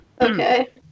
Okay